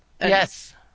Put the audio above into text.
Yes